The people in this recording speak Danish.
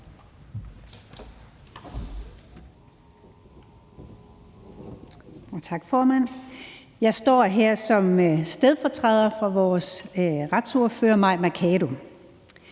Jeg står her som stedfortræder for vores retsordfører, Mai Mercado.